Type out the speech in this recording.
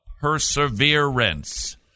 perseverance